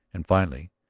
and finally,